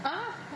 !huh!